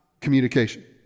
communication